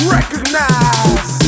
Recognize